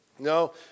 No